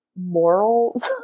morals